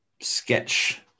sketch